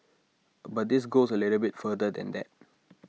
but this goes A little bit further than that